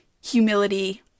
humility